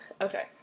Okay